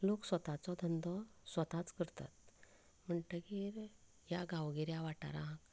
लोक स्वताचो धंदो स्वताच करतात म्हणटगीर ह्या गांवगिऱ्या वाठाराक